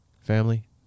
Family